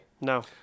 No